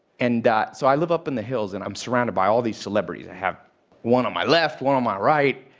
and so i live up in the hills, and i'm surrounded by all these celebrities. i have one on my left, one on my right.